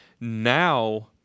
now